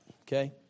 okay